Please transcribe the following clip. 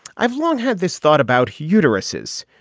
i've long had this thought about how uteruses.